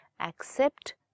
accept